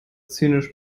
zynisch